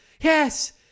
yes